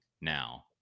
now